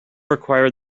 required